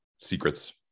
Secrets